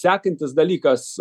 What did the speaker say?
sekantis dalykas